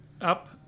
up